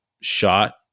shot